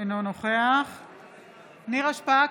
אינו נוכח נירה שפק,